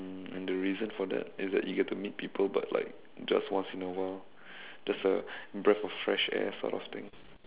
um and the reason for that is that you get to meet people but like just once in awhile just a breathe of fresh air sort of thing